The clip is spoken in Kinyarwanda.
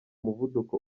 muvuduko